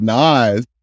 nice